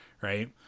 Right